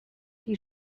die